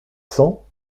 cents